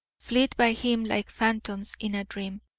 flit by him like phantoms in a dream.